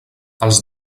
els